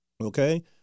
Okay